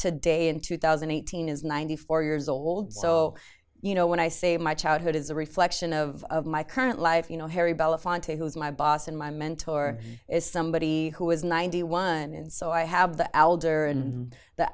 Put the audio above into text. today in two thousand and eighteen is ninety four years old so you know when i say my childhood is a reflection of my current life you know harry belafonte who is my boss and my mentor is somebody who is ninety one and so i have the elder and the